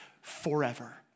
forever